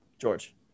George